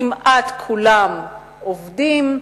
כמעט כולם עובדים,